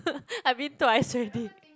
I been twice already